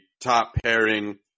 top-pairing